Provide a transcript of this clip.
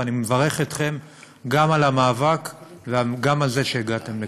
ואני מברך אתכם גם על המאבק וגם על זה שהגעתם לכאן.